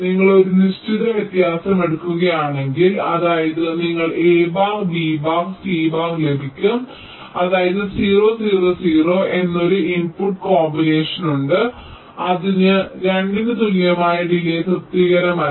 നിങ്ങൾ ഒരു നിശ്ചിത വ്യത്യാസം എടുക്കുകയാണെങ്കിൽ അതായത് നിങ്ങൾക്ക് a bar b bar c bar ലഭിക്കും അതായത് 0 0 0 എന്ന ഒരു ഇൻപുട്ട് കോമ്പിനേഷൻ ഉണ്ട് അതിന് 2 ന് തുല്യമായ ഡിലേയ് തൃപ്തികരമല്ല